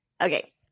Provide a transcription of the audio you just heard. Okay